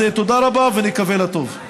אז תודה רבה, ונקווה לטוב.